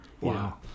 Wow